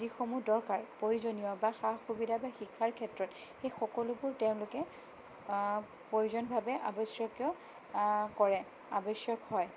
যিসমূহ দৰকাৰ প্ৰয়োজনীয় বা সা সুবিধা বা শিক্ষাৰ ক্ষেত্ৰত সেই সকলোবোৰ তেওঁলোকে প্ৰয়োজনভাৱে আৱশ্যকীয় কৰে আৱশ্যক হয়